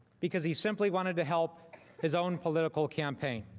because he simply wanted to help his own political campaign.